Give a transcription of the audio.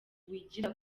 wigira